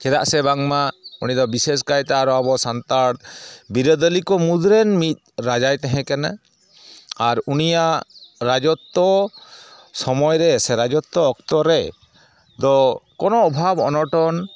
ᱪᱮᱫᱟᱜ ᱥᱮ ᱵᱟᱝᱢᱟ ᱩᱱᱤ ᱫᱚ ᱵᱤᱥᱮᱥᱥ ᱠᱟᱭᱛᱮ ᱟᱨ ᱟᱵᱚ ᱥᱟᱱᱛᱟᱲ ᱵᱤᱨᱟᱹᱫᱟᱞᱤ ᱠᱚ ᱢᱩᱫᱽᱨᱮᱱ ᱢᱤᱫ ᱨᱟᱡᱟᱭ ᱛᱟᱦᱮᱸ ᱠᱟᱱᱟ ᱟᱨ ᱩᱱᱠᱤᱭᱟᱜ ᱨᱟᱡᱚᱛᱛᱚ ᱥᱚᱢᱚᱭ ᱨᱮ ᱥᱮ ᱨᱟᱡᱚᱛᱛᱚ ᱚᱠᱛᱚ ᱨᱮ ᱫᱚ ᱠᱚᱱᱚ ᱚᱵᱷᱟᱵ ᱚᱱᱚᱴᱚᱱ